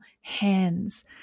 hands